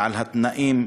ועל התנאים,